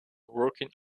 working